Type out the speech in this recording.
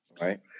Right